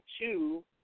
two